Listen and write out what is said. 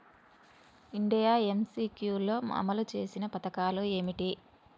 India MCQ లో అమలు చేసిన పథకాలు ఏమిటి?